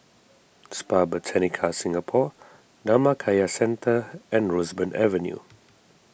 Spa Botanica Singapore Dhammakaya Centre and Roseburn Avenue